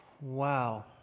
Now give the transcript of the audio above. Wow